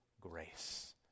grace